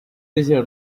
easier